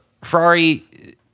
Ferrari